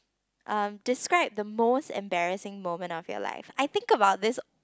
um describe the most embarrassing moment of your life I think about this